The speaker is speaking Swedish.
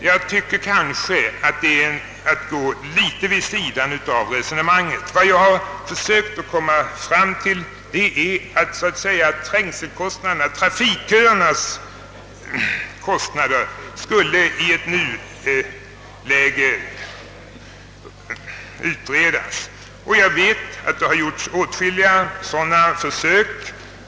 Jag tycker emellertid att det nog är att gå litet vid sidan av den verkliga frågeställningen. Vad jag har velat att man skall utreda är trängselkostnaderna, kostnaderna för trafikköerna i nuläget. Jag vet att det har gjorts åtskilliga sådana försök.